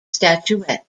statuette